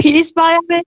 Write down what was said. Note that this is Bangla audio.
ফ্রিজ পাওয়া যাবে